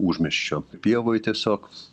užmiesčio pievoj tiesiog